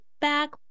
back